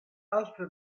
altre